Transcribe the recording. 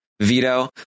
veto